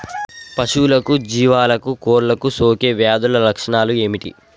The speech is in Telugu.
పశువులకు జీవాలకు కోళ్ళకు సోకే వ్యాధుల లక్షణాలు ఏమిటి?